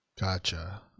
Gotcha